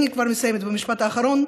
אני כבר מסיימת, משפט אחרון.